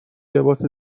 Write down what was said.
لباس